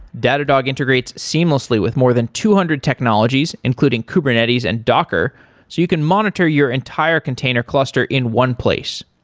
datadog integrates seamlessly with more than two hundred technologies, including kubernetes and docker, so you can monitor your entire container cluster in one place.